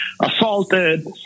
assaulted